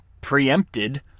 preempted